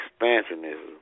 expansionism